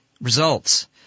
results